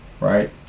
right